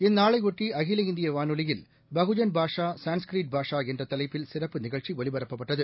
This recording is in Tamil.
இந்நாளையொட்டி அகில இந்திய வானொலியில் பகுஜன் பாஷா சான்ஸ்க்ரிட் பாஷா என்ற தலைப்பில் சிறப்பு நிகழ்ச்சி ஒலிபரப்பப்பட்டது